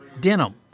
denim